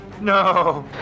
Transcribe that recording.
no